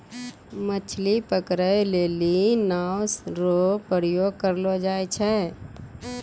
मछली पकड़ै लेली नांव रो प्रयोग करलो जाय छै